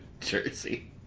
Jersey